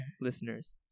Listeners